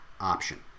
option